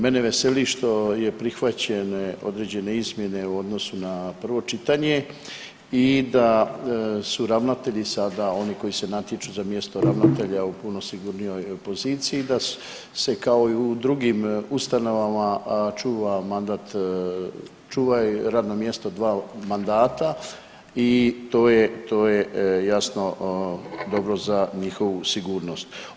Mene veseli što je prihvaćene određene izmjene u odnosu na prvo čitanje i da su ravnatelji sada oni koji se natječu za mjesto ravnatelja u puno sigurnijoj poziciji i da se kao i u drugim ustanovama čuva mandat, čuva radna mjesta 2 mandata i to je, to je jasno, dobro, za njihovu sigurnost.